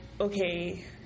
okay